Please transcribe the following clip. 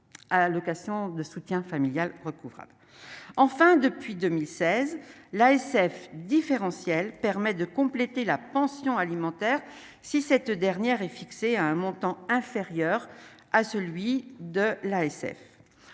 enfin depuis 2016, l'ASF différentiel permet de compléter la pension alimentaire, si cette dernière est fixée à un montant inférieur à celui de l'ASF